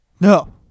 No